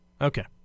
Okay